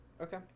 Okay